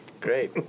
great